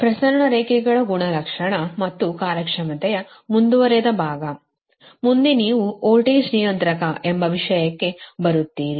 ಪ್ರಸರಣ ರೇಖೆಗಳ ಗುಣಲಕ್ಷಣ ಮತ್ತು ಕಾರ್ಯಕ್ಷಮತೆ ಮುಂದುವರೆದ ಭಾಗ ಮುಂದೆ ನೀವು ವೋಲ್ಟೇಜ್ ನಿಯಂತ್ರಕ ಎಂಬ ವಿಷಯಕ್ಕೆ ಬರುತ್ತೀರಿ